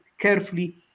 carefully